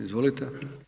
Izvolite.